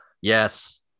Yes